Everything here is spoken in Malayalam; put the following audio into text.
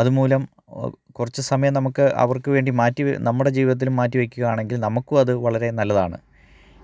അതുമൂലം കുറച്ച് സമയം നമുക്ക് അവർക്ക് വേണ്ടി മാറ്റി നമ്മുടെ ജീവിതത്തിനും മാറ്റി വെയ്ക്കുവാണെങ്കിൽ നമുക്കും വളരെ നല്ലതാണ്